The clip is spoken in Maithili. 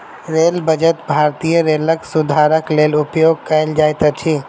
रेल बजट भारतीय रेलक सुधारक लेल उपयोग कयल जाइत अछि